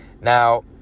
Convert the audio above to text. Now